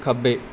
ਖੱਬੇ